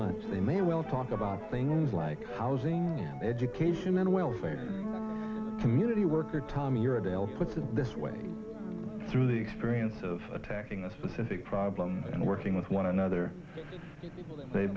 lunch they may well talk about things like housing education and welfare community worker tom your avails puts it this way through the experience of attacking a specific problem and working with one another they